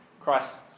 Christ